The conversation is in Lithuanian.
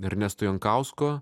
ernesto jankausko